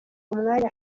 umwanya